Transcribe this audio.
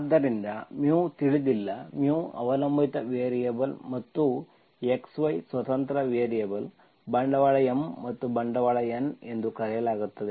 ಆದ್ದರಿಂದ ತಿಳಿದಿಲ್ಲ ಅವಲಂಬಿತ ವೇರಿಯೇಬಲ್ ಮತ್ತು x y ಸ್ವತಂತ್ರ ವೇರಿಯಬಲ್ ಬಂಡವಾಳ M ಮತ್ತು ಬಂಡವಾಳ N ಎಂದು ಕರೆಯಲಾಗುತ್ತದೆ